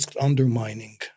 undermining